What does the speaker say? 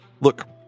Look